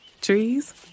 Trees